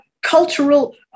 cultural